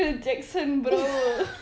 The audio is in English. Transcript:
michael jackson bro